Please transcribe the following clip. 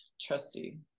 trusty